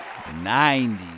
90